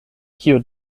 kio